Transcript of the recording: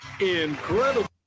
incredible